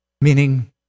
Meaning